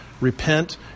repent